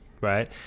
right